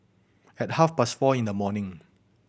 at half past four in the morning